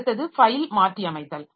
அடுத்தது ஃபைல் மாற்றியமைத்தல்